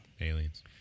Aliens